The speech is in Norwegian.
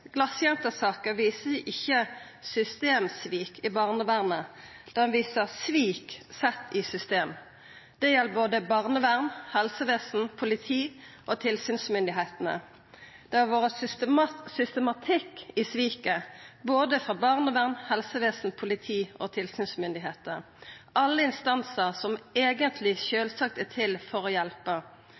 viser ikkje systemsvik i barnevernet. Ho viser svik sett i system. Det gjeld både barnevern, helsestell, politi og tilsynsmyndigheitene. Det har vore systematikk i sviket frå både barnevern, helsestell, politi og tilsynsmyndigheiter, alle instansar som sjølvsagt eigentleg er til for å